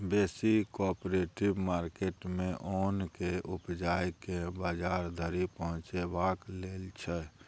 बेसी cooperative market मे ओन केँ उपजाए केँ बजार धरि पहुँचेबाक लेल छै